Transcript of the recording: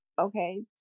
Okay